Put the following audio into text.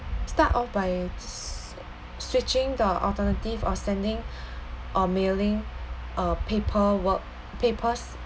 start off by s~ switching the alternative or sending or mailing uh paper work papers